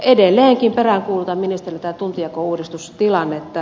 edelleenkin peräänkuulutan ministeriltä tuntijakouudistustilannetta